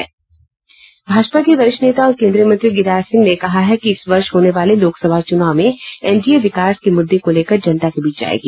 भाजपा के वरिष्ठ नेता और केन्द्रीय मंत्री गिरिराज सिंह ने कहा है कि इस वर्ष होने वाले लोकसभा चुनाव मे एनडीए विकास के मुद्वों को लेकर जनता के बीच जायेगी